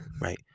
right